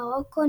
מרוקו,